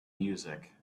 music